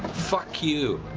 fuck you!